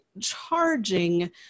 charging